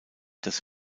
das